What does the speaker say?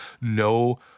no